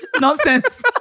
Nonsense